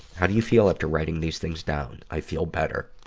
how do you feel after writing these things down? i feel better.